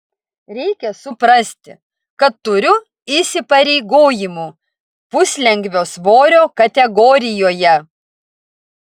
reikia suprasti kad turiu įsipareigojimų puslengvio svorio kategorijoje